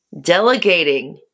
delegating